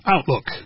Outlook